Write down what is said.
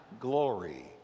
glory